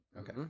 okay